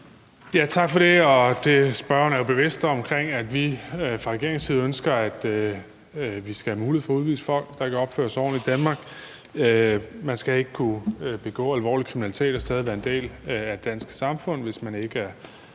Tak for det. Spørgeren er jo bevidst om, at vi fra regeringens side ønsker, at vi skal have mulighed for at udvise folk, der ikke opfører sig ordentligt i Danmark. Man skal ikke kunne begå alvorlig kriminalitet og stadig være en del af det danske samfund, hvis man ikke